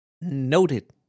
noted